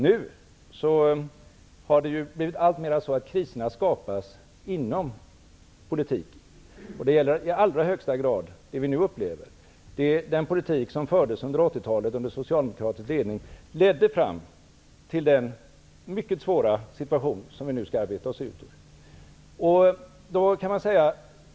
Nu har det blivit alltmer vanligt att kriserna skapas inom politiken. Det gäller i allra högsta grad den kris som vi nu upplever. Den politik som fördes under 1980-talet under socialdemokratisk ledning ledde fram till den mycket svåra situation som vi nu skall arbeta oss ut ur.